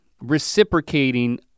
reciprocating